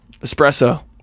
Espresso